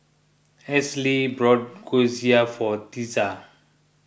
Ainsley brought Gyoza for Tessa